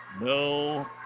No